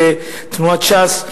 כתנועת ש"ס,